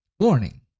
Warning